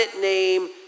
name